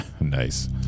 Nice